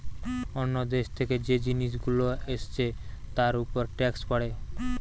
অন্য দেশ থেকে যে জিনিস গুলো এসছে তার উপর ট্যাক্স পড়ে